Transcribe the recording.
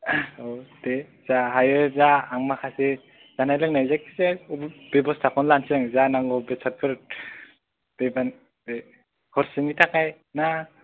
औ दे जा हायो जा आं माखासे जानाय लोंनाय जायखि जाया अबे बे बुसथुखौनो लानसै आं जा नांगौ बेसातफोर बे हरसेनि थाखाय ना